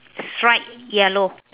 stripe yellow